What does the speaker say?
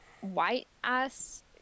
white-ass